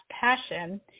passion